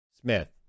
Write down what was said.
Smith